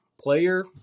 player